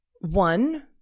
One